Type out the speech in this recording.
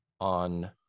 on